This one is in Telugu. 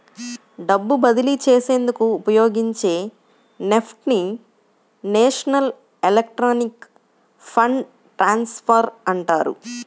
డబ్బు బదిలీ చేసేందుకు ఉపయోగించే నెఫ్ట్ ని నేషనల్ ఎలక్ట్రానిక్ ఫండ్ ట్రాన్స్ఫర్ అంటారు